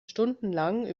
stundenlang